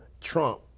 Trump